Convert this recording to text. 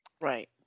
Right